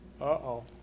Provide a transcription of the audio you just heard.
Uh-oh